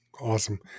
Awesome